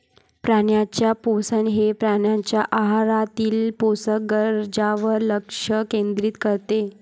प्राण्यांचे पोषण हे प्राण्यांच्या आहारातील पोषक गरजांवर लक्ष केंद्रित करते